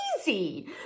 easy